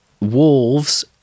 wolves